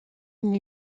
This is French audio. une